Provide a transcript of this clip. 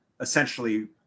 essentially